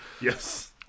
Yes